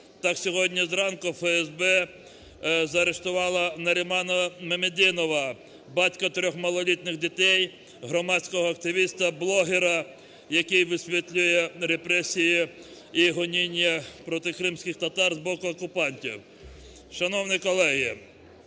Так сьогодні зранку ФСБ заарештувало Нарімана Мамедінова, батька трьох малолітніх дітей, громадського активіста, блогера, який висвітлює репресії і гоніння проти кримським татар з боку окупантів. Шановні колеги,